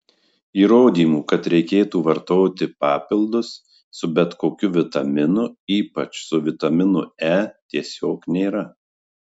įrodymų kad reikėtų vartoti papildus su bet kokiu vitaminu ypač su vitaminu e tiesiog nėra